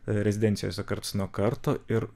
rezidencijose karts nuo karto ir